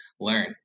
Learn